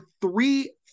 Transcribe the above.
three